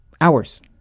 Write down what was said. Hours